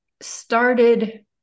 started